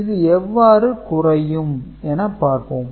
இது எவ்வாறு குறையும் என பார்ப்போம்